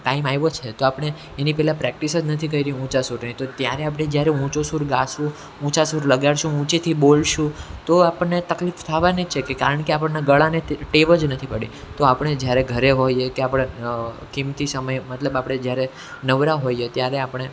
time આવ્યો છે તો આપણે એની પહેલાં પ્રેક્ટિસ જ નથી કરી ઊંચા સુરની તો ત્યારે આપણે જ્યારે ઊંચો સુર ગાઇશું ઊંચા સુર લગાડીશું ઊંચેથી બોલીશું તો આપણને તકલીફ થાવાની જ છે કે કારણ કે આપણને ગળાને ટેવ જ નથી પડી તો આપણે જ્યારે ઘરે હોઈએ કે આપણે કિંમતી સમયે મતલબ આપણે જ્યારે નવરા હોઈએ ત્યારે આપણે